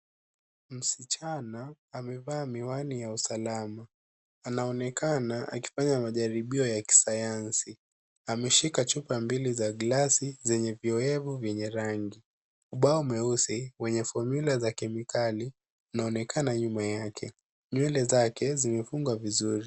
Msichana amevaa miwani ya usalama, anaonekana akifanya majaribio ya kisayansi. Ameshika chupa mbili za gilasi zenye viowevu vyenye rangi. Ubao mweusi wenye fomyula za kemikali inaonekana nyuma yake. Nywele zake zimefungwa vizuri.